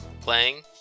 playing